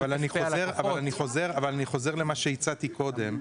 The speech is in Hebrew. אבל אני חוזר למה שהצעתי קודם: